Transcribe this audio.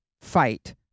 fight